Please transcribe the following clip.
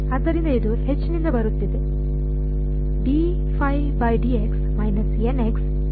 ಆದ್ದರಿಂದ ಇದು ನಿಂದ ಬರುತ್ತಿದೆ